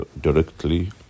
directly